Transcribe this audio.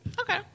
Okay